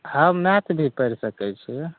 math भी पढ़ि सकइ छियै